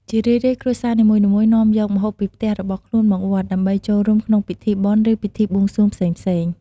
ជារឿយៗ គ្រួសារនីមួយៗនាំយកម្ហូបពីផ្ទះរបស់ខ្លួនមកវត្ត ដើម្បីចូលរួមក្នុងពិធីបុណ្យ ឬពិធីបួងសួងផ្សេងៗ។